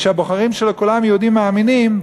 שהבוחרים שלו כולם יהודים מאמינים,